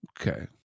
Okay